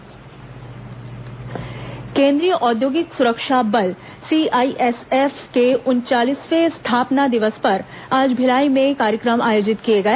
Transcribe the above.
CISF स्थापना दिवस केंद्रीय औद्योगिक सुरक्षा बल सीआईएसएफ के उनचासवें स्थापना दिवस पर आज भिलाई में कार्यक्रम आयोजित किए गए